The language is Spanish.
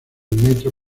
metro